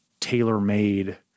tailor-made